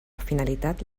finalitat